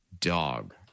Dog